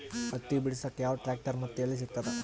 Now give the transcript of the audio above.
ಹತ್ತಿ ಬಿಡಸಕ್ ಯಾವ ಟ್ರ್ಯಾಕ್ಟರ್ ಮತ್ತು ಎಲ್ಲಿ ಸಿಗತದ?